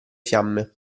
fiamme